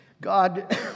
God